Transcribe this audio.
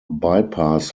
bypass